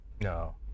No